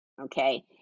okay